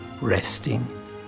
resting